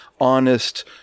honest